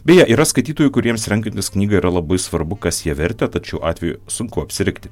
beje yra skaitytojų kuriems renkantis knygą yra labai svarbu kas ją vertė tad šiuo atveju sunku apsirikti